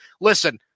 listen